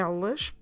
Elas